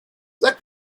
sag